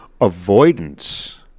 avoidance